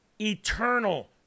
eternal